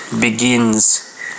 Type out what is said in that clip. begins